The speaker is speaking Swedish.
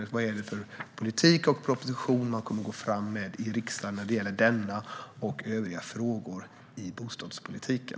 Vilken politik kommer man att föra, och vilken proposition kommer man att lägga fram i riksdagen när det gäller denna och övriga frågor beträffande bostadspolitiken?